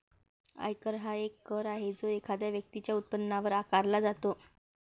आयकर हा एक कर आहे जो एखाद्या व्यक्तीच्या उत्पन्नावर आकारला जातो